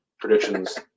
predictions